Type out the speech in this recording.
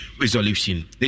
resolution